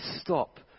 stop